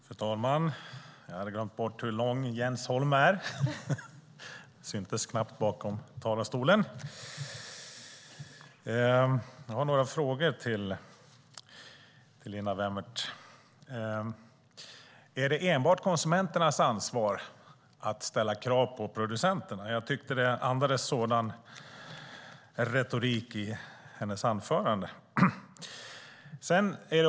Fru talman! Jag har några frågor till Linda Wemmert. Är det enbart konsumenternas ansvar att ställa krav på producenterna? Jag tyckte det andades sådan retorik i hennes anförande.